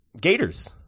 Gators